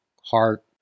heart